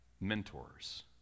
mentors